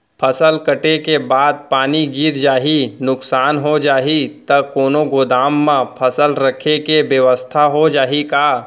फसल कटे के बाद पानी गिर जाही, नुकसान हो जाही त कोनो गोदाम म फसल रखे के बेवस्था हो जाही का?